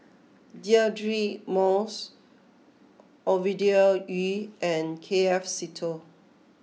Deirdre Moss Ovidia Yu and K F Seetoh